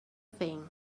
thing